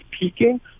peaking